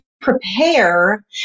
prepare